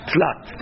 Flat